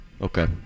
Okay